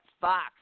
Fox